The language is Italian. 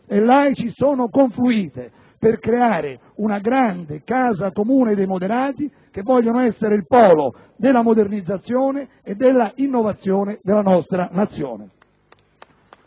e laici sono confluite, per creare una grande casa comune dei moderati che vogliono essere il polo della modernizzazione e dell'innovazione della nostra Nazione.